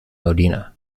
modena